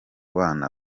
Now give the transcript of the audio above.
bana